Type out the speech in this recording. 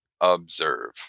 observe